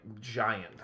giant